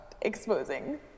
exposing